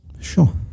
Sure